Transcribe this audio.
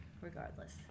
regardless